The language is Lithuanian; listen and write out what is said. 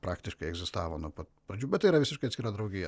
praktiškai egzistavo nuo pat pradžių bet tai yra visiškai atskira draugija